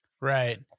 right